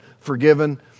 forgiven